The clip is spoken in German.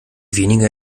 weniger